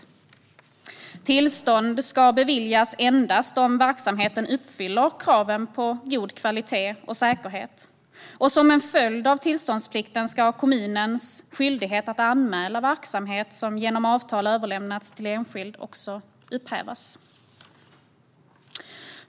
Tillstånd ska beviljas endast om verksamheten uppfyller krav på god kvalitet och säkerhet. Som en följd av tillståndsplikten ska kommunens skyldighet att anmäla verksamhet som genom avtal har överlämnats till enskild också upphävas.